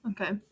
Okay